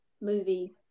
movie